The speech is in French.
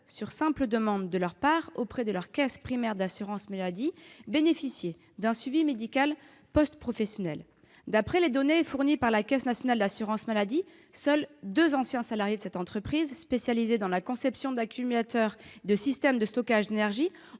sur simple demande de leur part auprès de leur caisse primaire d'assurance maladie, bénéficier d'un suivi médical post-professionnel. D'après les données fournies par la Caisse nationale d'assurance maladie, seuls deux anciens salariés de cette entreprise spécialisée dans la conception d'accumulateurs et de systèmes de stockage d'énergie ont